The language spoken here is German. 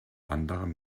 andere